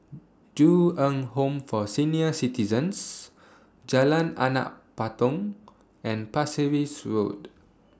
Ju Eng Home For Senior Citizens Jalan Anak Patong and Pasir Ris Road